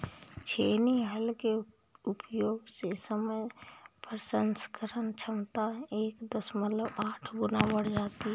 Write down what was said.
छेनी हल के उपयोग से समय प्रसंस्करण क्षमता एक दशमलव आठ गुना बढ़ जाती है